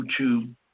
YouTube